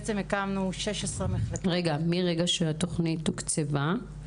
מרגע שהתוכנית תוקצבה,